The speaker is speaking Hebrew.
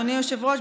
אדוני היושב-ראש,